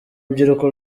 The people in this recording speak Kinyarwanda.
rubyiruko